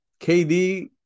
KD